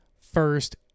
first